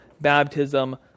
baptism